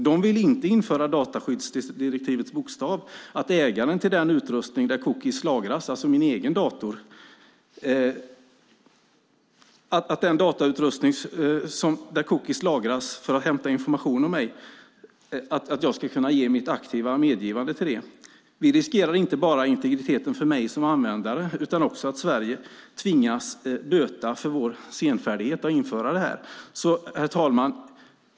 De vill inte införa dataskyddsdirektivets bokstav, att jag skulle kunna ge mitt aktiva medgivande till att cookies får lagras på min datautrustning för att hämta information om mig. Vi riskerar inte bara integriteten för mig som användare utan också att Sverige tvingas böta för vår senfärdighet med att införa detta. Herr talman!